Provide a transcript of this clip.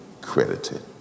credited